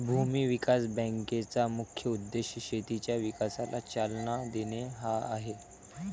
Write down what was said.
भूमी विकास बँकेचा मुख्य उद्देश शेतीच्या विकासाला चालना देणे हा आहे